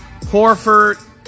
Horford